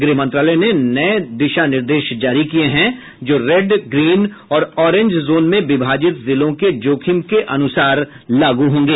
गृहमंत्रालय ने नये दिशानिर्देश जारी किये हैं जो रेड ग्रीन और ऑरेंज जोन में विभाजित जिलों के जोखिम के अनुसार लागू होंगे